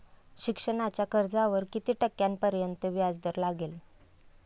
शिक्षणाच्या कर्जावर किती टक्क्यांपर्यंत व्याजदर लागेल?